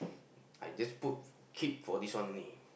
I just put cheap for this one only